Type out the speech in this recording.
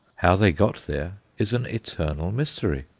how they got there is an eternal mystery.